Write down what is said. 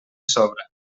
sobra